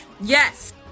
Yes